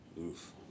Oof